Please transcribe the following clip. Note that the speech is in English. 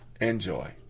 Enjoy